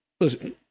listen